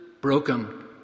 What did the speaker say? broken